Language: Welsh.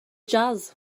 jazz